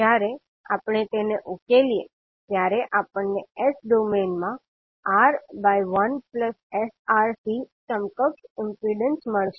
જ્યારે આપણે તેને ઉકેલીએ ત્યારે આપણને s ડોમેનમાં R1sRC સમકક્ષ ઇમ્પિડન્સ મળશે